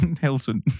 Hilton